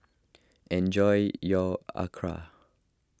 enjoy your Acar